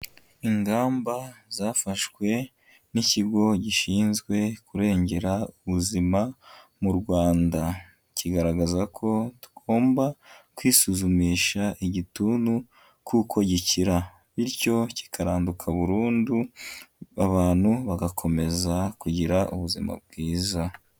Ingamba zafashwe n'ikigo gishinzwe kurengera ubuzima mu Rwanda, kigaragaza ko tugomba kwisuzumisha igituntu kuko gikira, bityo kikaraduka burundu abantu bagakomeza kugira ubuzima bwiza.